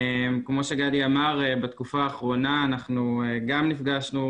כמו שגדי אמר בתקופה האחרונה אנחנו גם נפגשנו